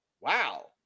Wow